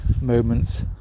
moments